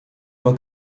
uma